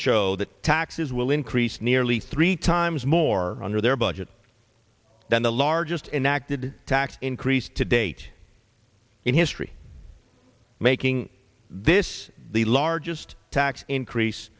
show that taxes will increase nearly three times more under their budget than the largest enacted tax increase to date in history making this the largest tax increase